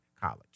College